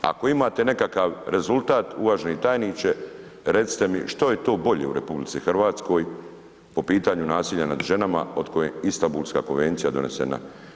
Ako imate nekakav rezultat uvaženi tajniče recite mi što je to bolje u RH po pitanju nasilja nad ženama od kada je Istambulska konvencija donesena.